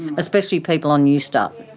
especially people on newstart.